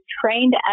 trained